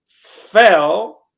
fell